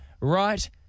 right